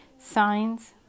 Signs